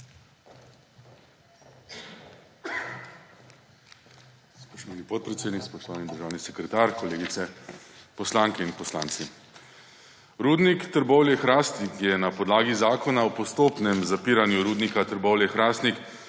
Spoštovani podpredsednik, spoštovani državni sekretar, kolegice poslanke in poslanci! Rudnik Trbovlje-Hrastnik je na podlagi Zakona o postopnem zapiranju Rudnika Trbovlje-Hrastnik